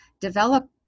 develop